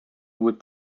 would